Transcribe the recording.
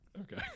Okay